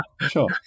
sure